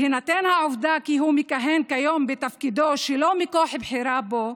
בהינתן העובדה כי הוא מכהן כיום בתפקידו שלא מכוח בחירה בו,